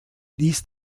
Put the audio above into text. ließ